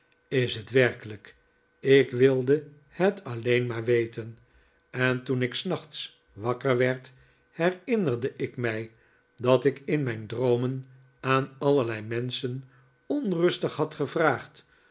is het werkelijk ik wilde het alleen maar weten en toen ik s nachts wakker werd herinnerde ik mij dat ik in mijn droomen aan allerlei menschen onrustig had gevraagd